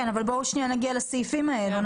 כן, אבל בואו נגיע לסעיפים האלה.